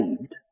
saved